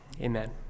Amen